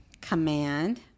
command